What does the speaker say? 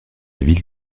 ville